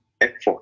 effort